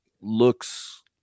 looks